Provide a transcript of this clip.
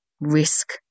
risk